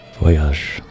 Voyage